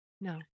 No